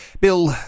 Bill